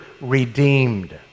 Redeemed